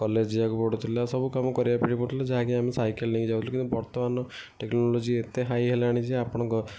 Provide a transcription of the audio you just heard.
college ଯିବାକୁ ପଡ଼ୁଥିଲା ସବୁ କାମ କରିବା ପାଇଁ ପଡ଼ୁଥିଲା ଯାହାକି ଆମେ ସାଇକେଲ୍ ନେଇକି ଯାଉଥିଲୁ କିନ୍ତୁ ବର୍ତ୍ତମାନର ଟେକ୍ନୋଲୋଜି ଏତେ ହାଇ ହେଲାଣି ଯେ ଆପଣଙ୍କର